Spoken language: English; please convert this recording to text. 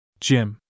Jim